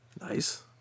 Nice